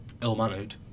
ill-mannered